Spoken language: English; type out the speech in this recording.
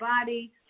body